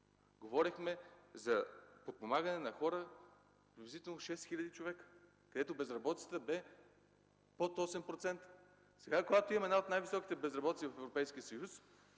говорихме за подпомагане на хора, приблизително 6 хиляди човека, където безработицата бе под 8%. Сега, когато имаме една от най-високите безработици в Европейския съюз,